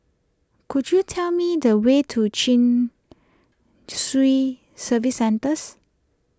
could you tell me the way to Chin Swee Service Centres